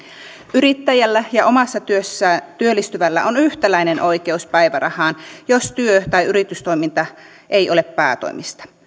yrittäjällä ja omassa työssään työllistyvällä on yhtäläinen oikeus päivärahaan jos työ tai yritystoiminta ei ole päätoimista